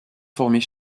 formés